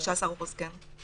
15%, כן.